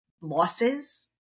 losses